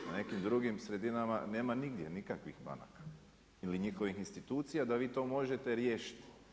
Na nekim drugim sredinama nema nigdje nikakvih banaka ili njihovih institucija da vi to možete riješiti.